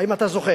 האם אתה זוכר?